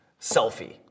selfie